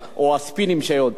או הספינים שיוצאים,